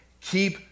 Keep